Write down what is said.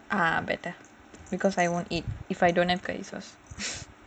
ah better because I won't eat if I don't have curry sauce